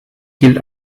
gilt